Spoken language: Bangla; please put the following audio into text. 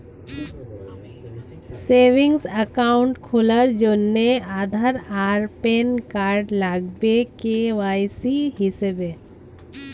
সেভিংস অ্যাকাউন্ট খোলার জন্যে আধার আর প্যান কার্ড লাগবে কে.ওয়াই.সি হিসেবে